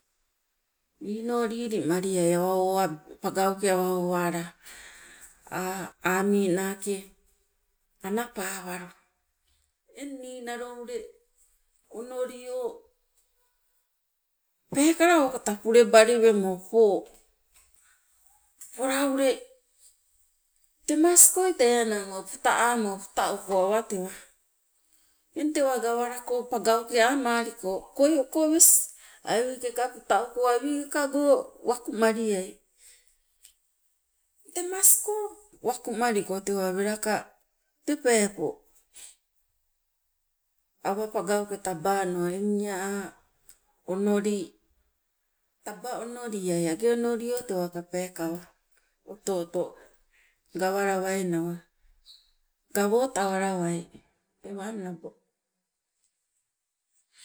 Niino lilimaliai awa owab pangauke awa owala aa aami naake anapawalu. Eng ninalo ule onolio peekala okata pulebali wemo po, pola ule temaskoi tee enang o puta amo putauko awatewa, eng tewa gawalako pangauke amaliko koi okowes awigeka puta uko awigekago wakumaliai, temasko wakumaliko tewa welaka tee peepo awa pangauke tabano eng ia aa onoli taba onoliai age onolio tewa peekawa oto oto gawalawai nawa gawotawalawai. Tewang labo.